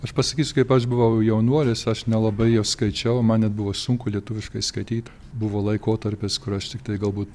aš pasakysiu kaip aš buvau jaunuolis aš nelabai jo skaičiau man net buvo sunku lietuviškai skaityt buvo laikotarpis kur aš tiktai galbūt